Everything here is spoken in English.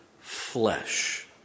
flesh